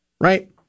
right